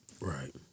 right